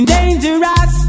Dangerous